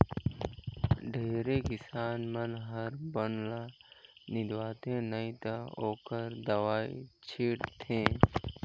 ढेरे किसान मन हर बन ल निंदवाथे नई त ओखर दवई छींट थे